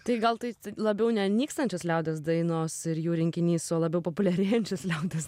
tai gal tai labiau ne nykstančios liaudies dainos ir jų rinkinys o labiau populiarėjančios liaudies